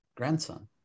grandson